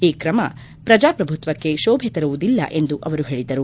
ಈ ಕ್ರಮ ಪ್ರಜಾಪ್ರಭುತ್ವಕ್ಕೆ ಶೋಭೆ ತರುವುದಿಲ್ಲ ಎಂದು ಅವರು ಹೇಳಿದರು